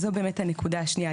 אז זו באמת הנקודה השנייה,